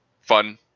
fun